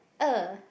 oh